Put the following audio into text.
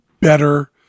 better